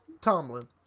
Tomlin